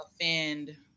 offend